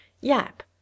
Yap